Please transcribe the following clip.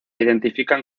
identifican